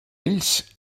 ells